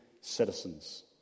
citizens